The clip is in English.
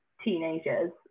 teenagers